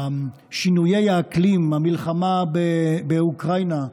שינויי האקלים, המלחמה באוקראינה.